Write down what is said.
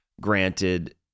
granted